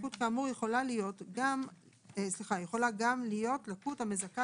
לקות כאמור יכולה גם להיות לקות המזכה